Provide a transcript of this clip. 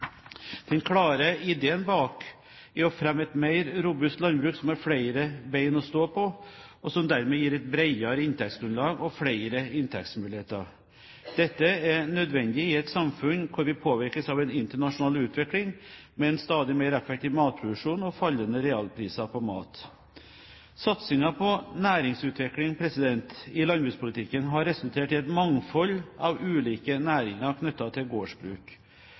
Den klare ideen bak er å fremme et mer robust landbruk som har flere bein å stå på, og som dermed gir et bredere inntektsgrunnlag og flere inntektsmuligheter. Dette er nødvendig i et samfunn hvor vi påvirkes av en internasjonal utvikling med en stadig mer effektiv matproduksjon og fallende realpriser på mat. Satsingen på næringsutvikling i landbrukspolitikken har resultert i et mangfold av ulike næringer knyttet til gårdsbruk.